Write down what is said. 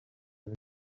avec